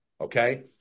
okay